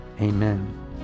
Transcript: Amen